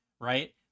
right